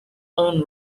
own